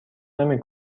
نمی